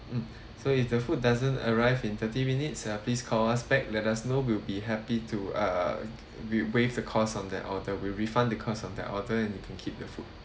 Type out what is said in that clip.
mm so if the food doesn't arrive in thirty minutes uh please call us back let us know we'll be happy to uh we waive the cost on that order we'll refund the cost of that order and you can keep the food